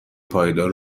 پایدار